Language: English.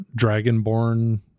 dragonborn